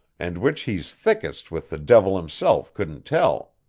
and which he's thickest with the devil himself couldn't tell.